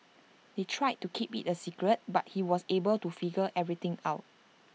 they tried to keep IT A secret but he was able to figure everything out